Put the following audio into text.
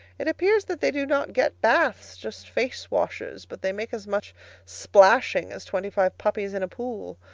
it appears that they do not get baths just face-washes but they make as much splashing as twenty-five puppies in a pool.